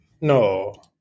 no